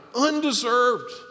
undeserved